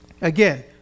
again